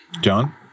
John